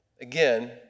again